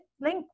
link